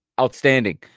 outstanding